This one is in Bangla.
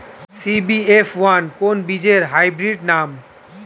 সি.বি.এফ ওয়ান কোন বীজের হাইব্রিড নাম?